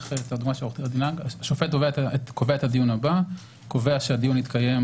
אמשיך את הדוגמה של עו"ד לנג - קובע שהדיון יתקיים